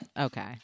Okay